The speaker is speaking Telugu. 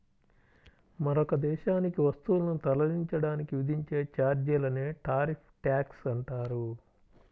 మరొక దేశానికి వస్తువులను తరలించడానికి విధించే ఛార్జీలనే టారిఫ్ ట్యాక్స్ అంటారు